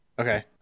Okay